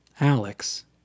Alex